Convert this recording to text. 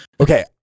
Okay